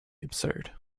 absurd